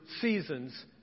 seasons